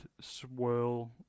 swirl